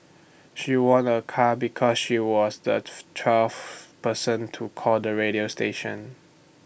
she won A car because she was the twelfth person to call the radio station